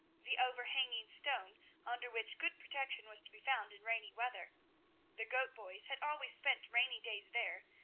the overhanging stone under which good protection was to be found in rainy weather the goat-boys had always spent rainy days there,